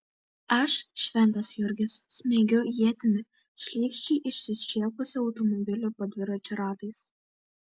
aš šventas jurgis smeigiu ietimi šlykščiai išsišiepusį automobilį po dviračio ratais